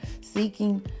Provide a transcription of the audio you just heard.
seeking